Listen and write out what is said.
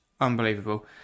unbelievable